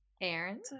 Aaron